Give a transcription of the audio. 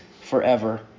forever